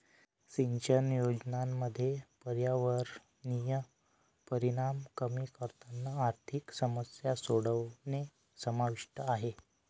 सिंचन योजनांमध्ये पर्यावरणीय परिणाम कमी करताना आर्थिक समस्या सोडवणे समाविष्ट आहे